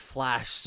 Flash